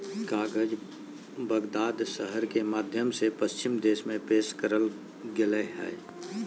कागज बगदाद शहर के माध्यम से पश्चिम देश में पेश करल गेलय हइ